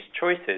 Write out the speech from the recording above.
choices